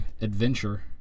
adventure